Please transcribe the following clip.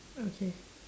okay